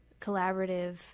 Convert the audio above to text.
collaborative